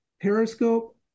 Periscope